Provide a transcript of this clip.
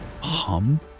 hum